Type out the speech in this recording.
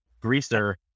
greaser